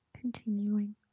Continuing